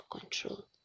control